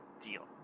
deal